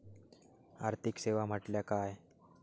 आर्थिक सेवा म्हटल्या काय?